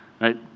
right